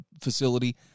facility